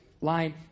line